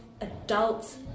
adults